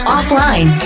Offline